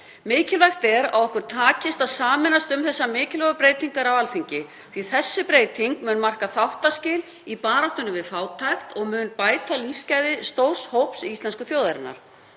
Mikilvægt er að okkur takist að sameinast um þessar mikilvægu breytingar á Alþingi því að þessi breyting mun marka þáttaskil í baráttunni við fátækt og mun bæta lífsgæði stórs hóps íslensku þjóðarinnar.